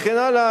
וכן הלאה,